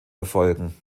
erfolgen